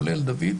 כולל דוד,